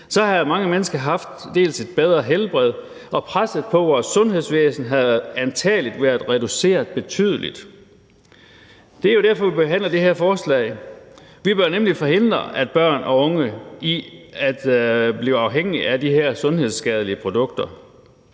Så havde mange mennesker haft et bedre helbred, og presset på vores sundhedsvæsen havde antagelig været reduceret betydeligt. Det er jo derfor, at vi behandler det her forslag. Vi bør nemlig forhindre, at børn og unge bliver afhængige af de her sundhedsskadelige produkter.